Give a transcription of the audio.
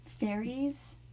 Fairies